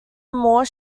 moor